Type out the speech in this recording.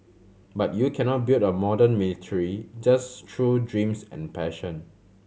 but you cannot build a modern military just through dreams and passion